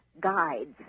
guides